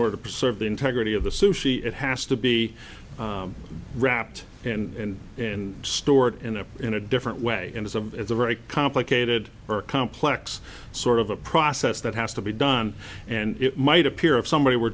order to preserve the integrity of the sushi it has to be wrapped in and stored in a in a different way and it's a very complicated complex sort of a process that has to be done and it might appear if somebody were